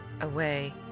away